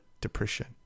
depression